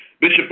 Bishop